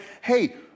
hey